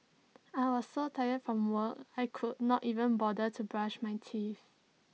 I was so tired from work I could not even bother to brush my teeth